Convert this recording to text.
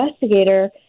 investigator